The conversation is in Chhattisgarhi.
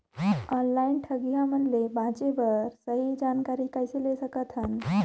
ऑनलाइन ठगईया मन ले बांचें बर सही जानकारी कइसे ले सकत हन?